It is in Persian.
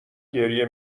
گریه